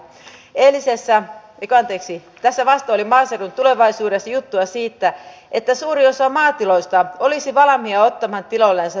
kuitenkin hallitus on useimmiten itse määritellyt aikataulun juuri niin kireäksi että se antaa tekosyyn laajemman kuulemisen ja huolellisemman valmistelun sivuuttamiseen